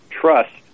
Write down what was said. Trust